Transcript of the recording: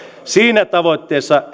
siinä tavoitteessa